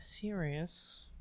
serious